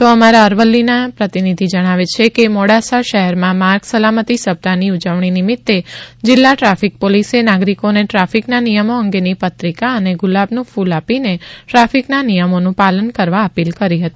તો અમારા અરવલ્લી જીલ્લાના પ્રતિનિધિ જણાવે છે કે મોડાસા શહેરમાં માર્ગ સલામતી સપ્તાહની ઊજવણી નિમિત્તે જીલ્લા ટ્રાફિક પોલીસે નાગરિકોને ટ્રાફિકના નિથમો અંગેની પત્રિકા અને ગુલાબનું કૂલ આપીને ટ્રાફિકના નિયમોનું પાલન કરવા અપીલ કરી હતી